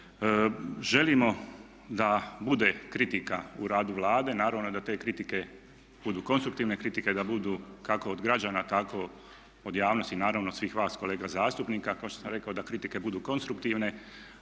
Želimo da bude kritika u radu Vlade, naravno da te kritike budu konstruktivne kritike, da budu kako od građana tako od javnosti i naravno svih vas kolega zastupnika, kao što sam rekao da kritike budu konstruktivne.